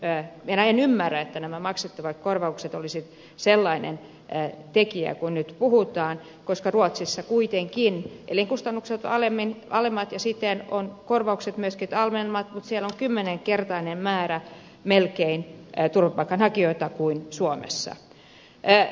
minä en ymmärrä että nämä maksettavat korvaukset olisivat sellainen tekijä kuin nyt puhutaan koska ruotsissa kuitenkin elinkustannukset ovat alemmat ja siten korvaukset myöskin alemmat mutta siellä on melkein kymmenenkertainen määrä turvapaikanhakijoita suomeen verrattuna